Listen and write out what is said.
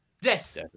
Yes